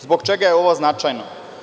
Zbog čega je ovo značajno?